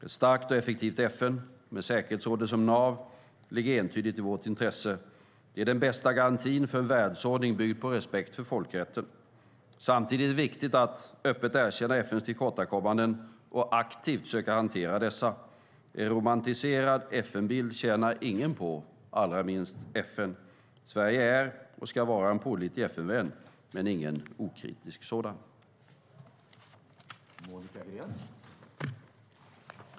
Ett starkt och effektivt FN, med säkerhetsrådet som nav, ligger entydigt i vårt intresse. Det är den bästa garantin för en världsordning byggd på respekt för folkrätten. Samtidigt är det viktigt att öppet erkänna FN:s tillkortakommanden och aktivt söka hantera dessa. En romantiserad FN-bild tjänar ingen på, allra minst FN. Sverige är och ska vara en pålitlig FN-vän - men ingen okritisk sådan.